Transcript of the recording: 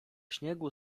śniegu